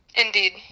Indeed